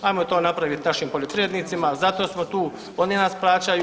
Hajmo to napraviti našim poljoprivrednicima, zato smo tu, oni nas plaćaju.